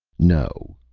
no,